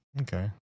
Okay